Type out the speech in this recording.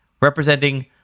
representing